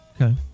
Okay